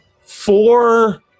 four